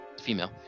Female